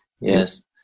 Yes